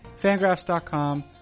fangraphs.com